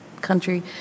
country